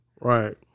Right